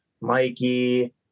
Mikey